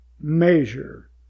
measure